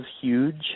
huge